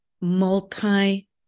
multi